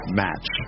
match